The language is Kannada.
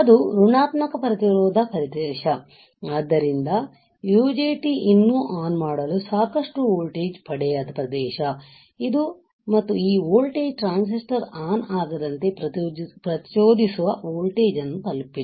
ಅದು ಋಣಾತ್ಮಕ ಪ್ರತಿರೋಧ ಪ್ರದೇಶ ಆದ್ದರಿಂದ UJT ಇನ್ನೂ ಆನ್ ಮಾಡಲು ಸಾಕಷ್ಟು ವೋಲ್ಟೇಜ್ ಪಡೆಯದ ಪ್ರದೇಶ ಇದು ಮತ್ತು ಈ ವೋಲ್ಟೇಜ್ ಟ್ರಾನ್ಸಿಸ್ಟರ್ ಆನ್ ಆಗದಂತೆ ಪ್ರಚೋದಿಸುವ ವೋಲ್ಟೇಜ್ ಅನ್ನು ತಲುಪಿಲ್ಲ